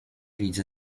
widzę